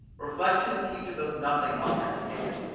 reflection teaches us nothing on that head,